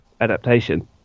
adaptation